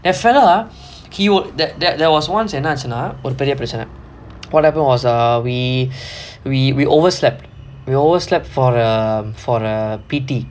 there fellow ah he that that there was once என்னாச்சுனா ஒரு பெரிய பிரச்சன:ennaachunaa oru periya pirachana what happened was we we overslept we overslept for the P_T